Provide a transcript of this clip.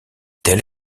telle